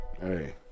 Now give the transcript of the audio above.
Hey